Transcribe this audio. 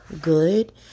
good